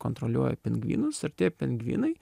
kontroliuoja pingvinus ir tie pingvinai